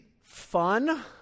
fun